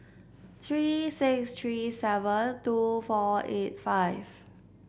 three six three seven two four eight five